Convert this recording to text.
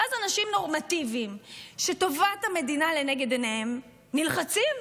ואז אנשים נורמטיביים שטובת המדינה לנגד עיניהם נלחצים,